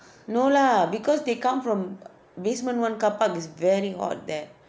no lah because they come from basement one carpark is very hot there